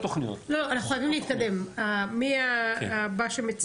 מי הבא שמציג?